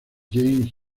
james